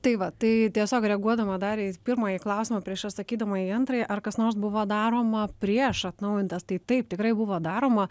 tai va tai tiesiog reaguodama dar į pirmąjį klausimą prieš atsakydama į antrąjį ar kas nors buvo daroma prieš atnaujintas tai taip tikrai buvo daroma